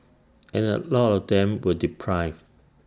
and A lot of them were deprived